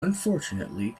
unfortunately